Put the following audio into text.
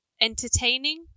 entertaining